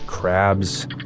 Crabs